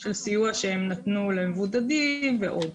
של סיוע שהם נתנו למבודדים ועוד.